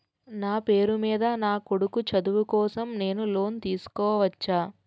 నా పేరు మీద నా కొడుకు చదువు కోసం నేను లోన్ తీసుకోవచ్చా?